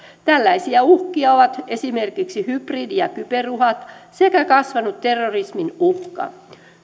tällaisia uhkia ovat esimerkiksi hybridi ja kyberuhat sekä kasvanut terrorismin uhka